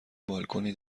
بالکنی